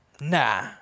nah